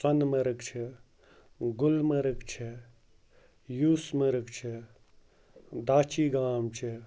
سونہٕ مَرٕگ چھِ گُلمَرگ چھِ یوٗسمَرگ چھِ داچھی گام چھِ